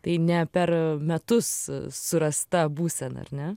tai ne per metus surasta būsena ar ne